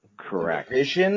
Correct